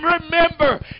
remember